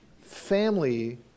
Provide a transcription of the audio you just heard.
family